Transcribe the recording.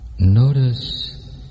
Notice